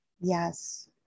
Yes